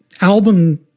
album